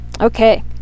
Okay